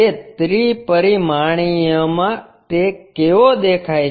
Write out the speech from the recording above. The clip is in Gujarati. તે ત્રિ પરિમાણીયમાં માં તે કેવો દેખાય છે